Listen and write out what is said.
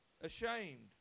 ashamed